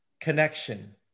connection